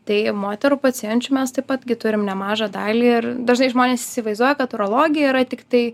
tai moterų pacienčių mes taip pat gi turim nemažą dalį ir dažnai žmonės įsivaizduoja kad urologija yra tiktai